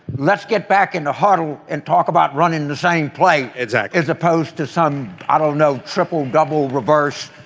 let's get back in the huddle and talk about running the same play attack as opposed to some i don't know triple double reverse.